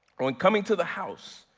on coming to the house,